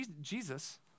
Jesus